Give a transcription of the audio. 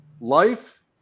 life